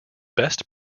best